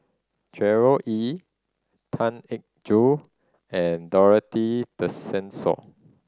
Gerard Ee Tan Eng Joo and Dorothy Tessensohn